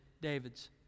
David's